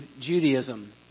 Judaism